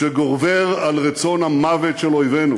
שגובר על רצון המוות של אויבינו.